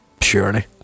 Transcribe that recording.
Surely